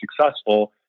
successful